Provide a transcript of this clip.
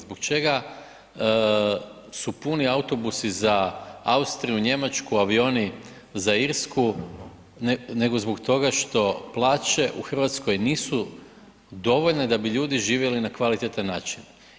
Zbog čega su puni autobusi za Austriju, Njemačku, avioni za Irsku, nego zbog toga što plaće u Hrvatskoj nisu dovoljne da bi ljudi živjeli na kvalitetan način.